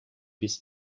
bis